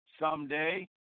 someday